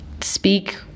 Speak